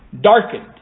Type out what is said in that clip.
darkened